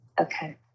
Okay